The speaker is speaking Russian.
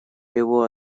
его